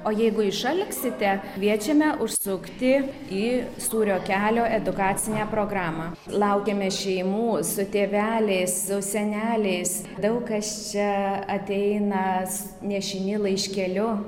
o jeigu išalksite kviečiame užsukti į sūrio kelio edukacinę programą laukiame šeimų su tėveliais su seneliais daug kas čia ateina nešini laiškeliu